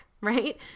right